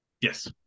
yes